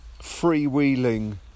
freewheeling